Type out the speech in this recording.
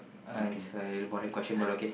uh it's a boring question but okay